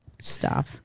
Stop